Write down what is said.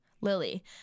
lily